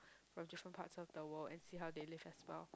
from different parts of the world and see how they live as well